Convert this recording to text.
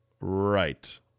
Right